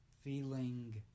feeling